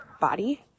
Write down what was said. body